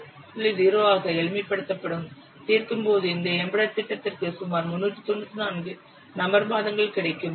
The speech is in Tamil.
0 ஆக எளிமைப்படுத்தப்படும் தீர்க்கும்போது இந்த எம்பெடெட் திட்டத்திற்கு சுமார் 394 நபர் மாதங்கள் கிடைக்கும்